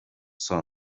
son